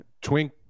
Twink